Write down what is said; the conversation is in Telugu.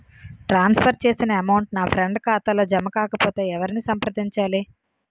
ట్రాన్స్ ఫర్ చేసిన అమౌంట్ నా ఫ్రెండ్ ఖాతాలో జమ కాకపొతే ఎవరిని సంప్రదించాలి?